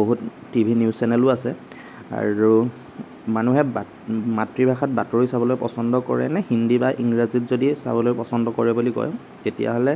বহুত TV news চেনেলো আছে আৰু মানুহে মাতৃভাষাত বাতৰি চাবলৈ পছন্দ কৰে নে হিন্দী বা ইংৰাজীত যদি চাবলৈ পছন্দ কৰে বুলি কয় তেতিয়াহ'লে